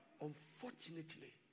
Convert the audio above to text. Unfortunately